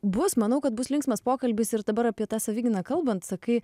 bus manau kad bus linksmas pokalbis ir dabar apie tą savigyną kalbant sakai